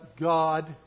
God